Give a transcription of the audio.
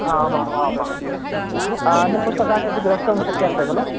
आम् आम् आम् अन्यपुस्तकानि अपि द्रष्टुं शक्यन्ते खलु